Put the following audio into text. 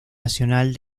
nacional